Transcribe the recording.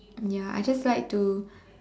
ya I just like to